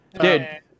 Dude